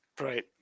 Right